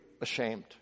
ashamed